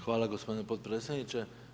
Hvala gospodine potpredsjedniče.